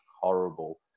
horrible